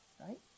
right